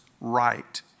right